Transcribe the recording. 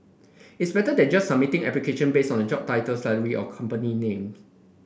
it's better than just submitting application based on the job title salary or company name